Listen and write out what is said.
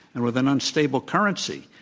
and with an unstable currency,